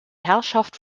herrschaft